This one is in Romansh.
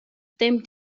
temp